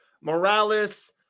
Morales